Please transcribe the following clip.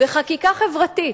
בחקיקה חברתית,